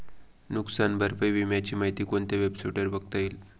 नुकसान भरपाई विम्याची माहिती कोणत्या वेबसाईटवर बघता येईल?